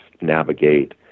navigate